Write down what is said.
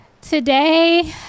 today